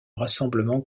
rassemblement